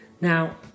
Now